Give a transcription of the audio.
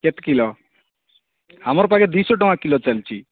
କେତେ କିଲୋ ଆମର ପାଖେ ଦୁଇଶହ ଟଙ୍କା କିଲୋ ଚାଲିଛି